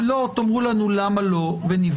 אם לא, תאמרו לנו למה לא ונבדוק.